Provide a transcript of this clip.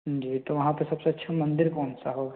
जी तो वहाँ पर सब से अच्छा मंदिर कौन सा होगा